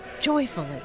joyfully